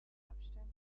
abstand